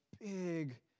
big